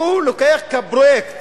שהוא לוקח את כפרויקט